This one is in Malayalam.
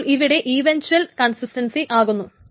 അപ്പോൾ ഇവിടെ ഈവൻച്ഛ്വൽ കൺസിസ്റ്റൻസി ആകുന്നു